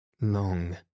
long